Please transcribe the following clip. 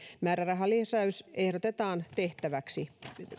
määrärahalisäys ehdotetaan tehtäväksi